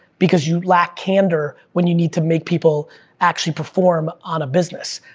because you lack candor when you need to make people actually perform on a business.